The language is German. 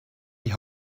die